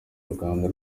ruganda